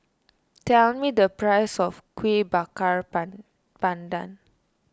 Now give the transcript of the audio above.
tell me the price of Kueh Bakar Pandan